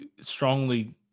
strongly